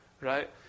right